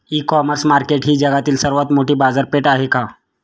इ commerce market ही जगातील सर्वात मोठी बाजारपेठ आहे का?